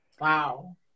Wow